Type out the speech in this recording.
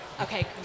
Okay